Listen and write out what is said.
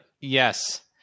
yes